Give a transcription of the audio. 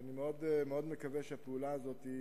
ואני מאוד מקווה שהפעולה הזאת,